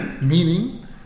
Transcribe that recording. Meaning